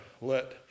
let